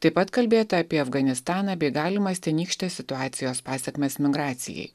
taip pat kalbėta apie afganistaną bei galimas tenykštės situacijos pasekmes migracijai